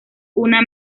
una